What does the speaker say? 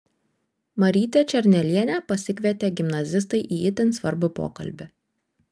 marytę černelienę pasikvietė gimnazistai į itin svarbų pokalbį